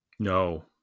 No